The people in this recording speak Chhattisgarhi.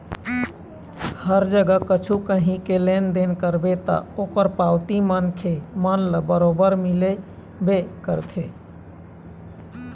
हर जगा कछु काही के लेन देन करबे ता ओखर पावती मनखे मन ल बरोबर मिलबे करथे